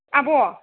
आब'